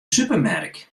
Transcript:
supermerk